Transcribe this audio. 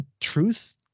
Truth